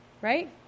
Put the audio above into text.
Right